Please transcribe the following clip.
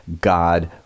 God